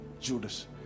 Judas